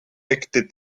ekde